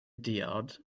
diod